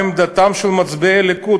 מה עמדתם של מצביעי הליכוד,